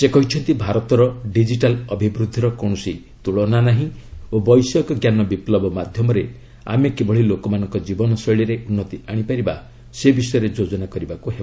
ସେ କହିଛନ୍ତି ଭାରତର ଡିକିଟାଲ୍ ଅଭିବୃଦ୍ଧିର କୌଣସି ତୂଳନା ନାହିଁ ଓ ବୈଷୟିକଞ୍ଜାନ ବିପୁବ ମାଧ୍ୟମରେ ଆମେ କିଭଳି ଲୋକମାନଙ୍କ ଜୀବନଶୈଳୀରେ ଉନ୍ନତି ଆଣିପାରିବା ସେ ବିଷୟରେ ଯୋଜନା କରିବାକୁ ହେବ